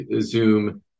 Zoom